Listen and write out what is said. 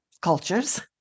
cultures